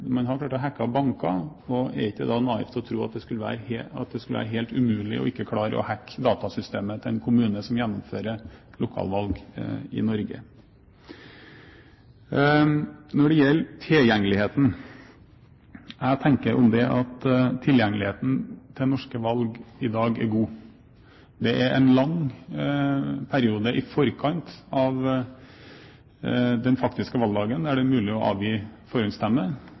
man har klart å hacke banker. Er det ikke da naivt å tro at det skulle være helt umulig å klare å hacke datasystemet til en kommune som gjennomfører lokalvalg i Norge? Når det gjelder tilgjengeligheten, tenker jeg om det at tilgjengeligheten ved norske valg i dag er god. En lang periode i forkant av den faktiske valgdagen er det mulig å avgi